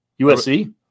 USC